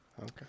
Okay